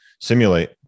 simulate